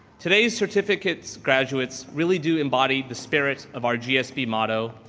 today's certificates graduates really do embody the spirit of our gsp model,